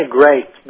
great